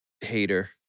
Hater